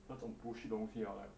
那种 bullshit 东西 ah like